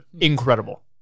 Incredible